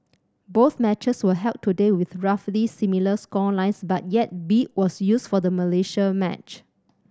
both matches were held today with roughly similar score lines but yet 'beat' was used for the Malaysia match